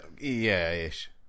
yeah-ish